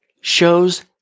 shows